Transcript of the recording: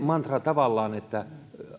mantrasta että